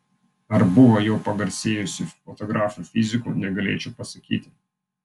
ar buvo jau pagarsėjusių fotografų fizikų negalėčiau pasakyti